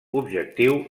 objectiu